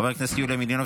חברת הכנסת נעמה לזימי,